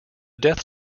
death